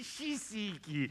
šį sykį